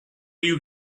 you